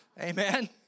Amen